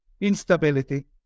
instability